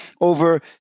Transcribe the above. over